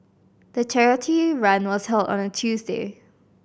the charity run was held on a Tuesday